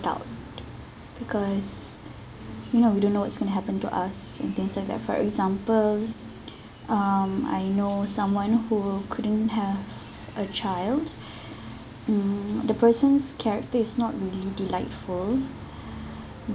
out because you know we don't know what's going to happen to us and things like that for example um I know someone who couldn't have a child mm the person's character is not really delightful